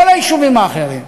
בכל היישובים האחרים.